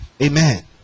amen